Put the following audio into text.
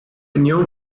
new